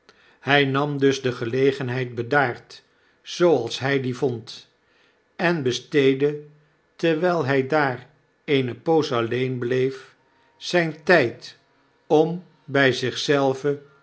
hij nam dus de gelegenheid bedaard zooals hij die vond en besteedde terwijl hij daar eene poos alleen bleef zijn tyd om bij